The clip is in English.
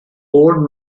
old